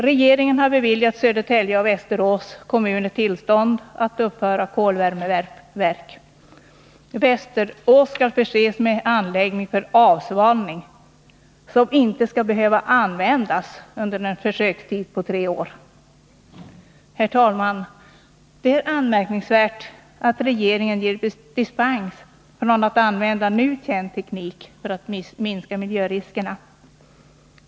Regeringen har beviljat Södertälje och Västerås kommuner tillstånd att uppföra kolvärmeverk. Västerås skall förses med en anläggning för avsvavling, som inte skall behöva användas under en försökstid på tre år. Herr talman! Det är anmärkningsvärt att regeringen ger dispens från att använda nu känd teknik för att minska miljöriskerna.